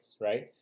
right